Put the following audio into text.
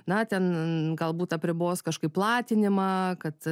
na ten galbūt apribos kažkaip platinimą kad